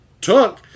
took